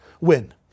win